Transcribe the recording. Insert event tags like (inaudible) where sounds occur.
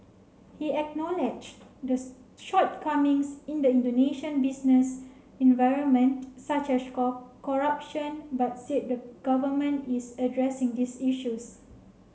he acknowledged the shortcomings in the Indonesian business environment such as (unintelligible) corruption but said the government is addressing these issues